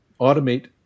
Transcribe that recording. automate